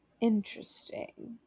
interesting